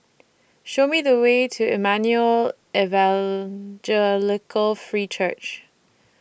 Show Me The Way to Emmanuel Evangelical Free Church